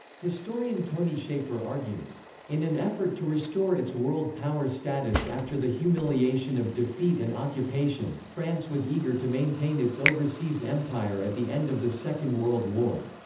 historian tony chafer argues in an effort to restore its world-power status after the humiliation of defeat and occupation, france was eager to maintain its overseas empire at the end of the second world war.